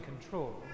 control